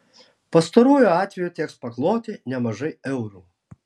pastaruoju atveju teks pakloti nemažai eurų